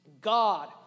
God